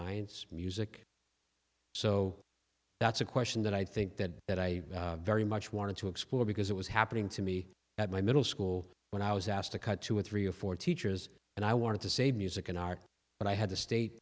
science music so that's a question that i think that that i very much wanted to explore because it was happening to me at my middle school when i was asked to cut two or three or four teachers and i wanted to save music in art but i had to state